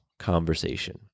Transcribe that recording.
Conversation